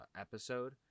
episode